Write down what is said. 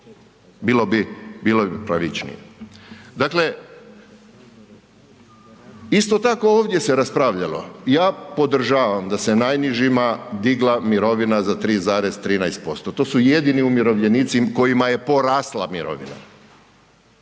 bilo bi pravičnije. Dakle, isto tako ovdje se raspravljalo, ja podržavam da se najnižima digla mirovina za 3,13% to su jedini umirovljenici kojima je porasla mirovina,